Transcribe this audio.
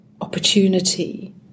opportunity